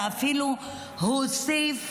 ואפילו הוסיף